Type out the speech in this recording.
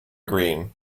greene